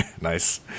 Nice